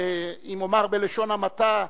אם אומר בלשון המעטה,